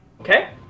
Okay